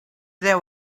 there